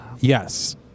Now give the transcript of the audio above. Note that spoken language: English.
Yes